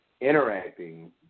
interacting